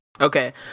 Okay